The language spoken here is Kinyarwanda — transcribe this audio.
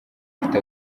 ifite